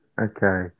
Okay